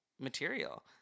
material